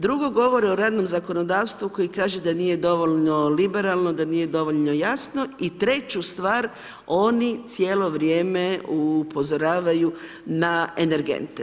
Drugo govori o radnom zakonodavstvu koji kaže da nije dovoljno liberalno, da nije dovoljno jasno i treću stvar, oni cijelo vrijeme upozoravaju na energente.